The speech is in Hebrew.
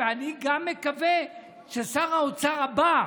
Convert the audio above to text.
ואני גם מקווה ששר האוצר הבא,